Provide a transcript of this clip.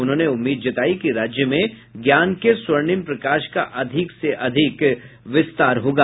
उन्होंने उम्मीद जतायी कि राज्य में ज्ञान के स्वर्णिम प्रकाश का अधिक से अधिक विस्तार होगा